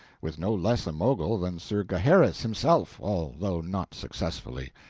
with no less a mogul than sir gaheris himself although not successfully.